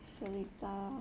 seletar